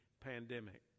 Pandemic